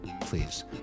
please